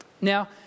Now